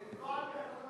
זה טרור.